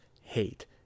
hate